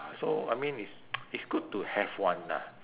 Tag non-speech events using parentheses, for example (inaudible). ah so I mean is (noise) is good to have one ah